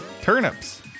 Turnips